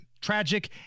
tragic